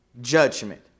judgment